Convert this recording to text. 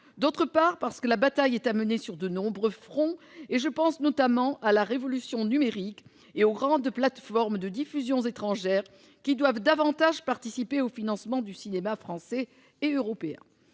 D'autre part, parce que la bataille est à mener sur de nombreux fronts ; je pense notamment à la révolution numérique et aux grandes plateformes de diffusion étrangères, qui doivent davantage participer au financement du cinéma français et européen.